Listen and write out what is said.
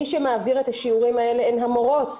מי שמעביר את השיעורים האלה הן המורות.